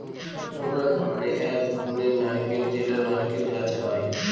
coconut মানে এক ধরনের নারকেল যেটা নারকেল গাছে হয়